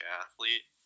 athlete